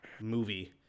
movie